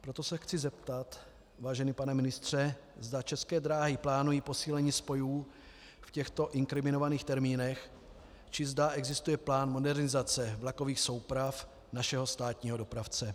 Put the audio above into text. Proto se chci zeptat, vážený pane ministře, zda České dráhy plánují posílení spojů v těchto inkriminovaných termínech či zda existuje plán modernizace vlakových souprav našeho státního dopravce.